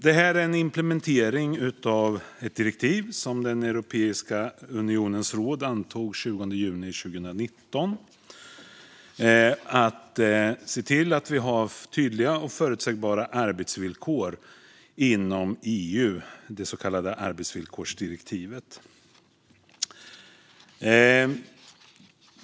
Detta är en implementering av ett direktiv som Europeiska unionens råd antog den 20 juni 2019. Det handlar om att se till att vi har tydliga och förutsägbara arbetsvillkor inom EU, det så kallade arbetsvillkorsdirektivet.